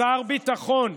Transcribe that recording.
שר ביטחון,